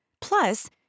Plus